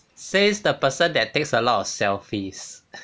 says the person that takes a lot of selfies